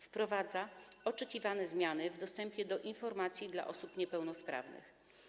Wprowadza oczekiwane zmiany w dostępie do informacji dla osób niepełnosprawnych.